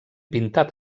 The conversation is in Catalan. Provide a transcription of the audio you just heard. pintat